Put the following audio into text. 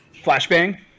Flashbang